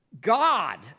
God